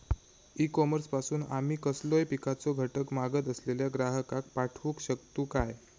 E commerce पासून आमी कसलोय पिकाचो घटक मागत असलेल्या ग्राहकाक पाठउक शकतू काय?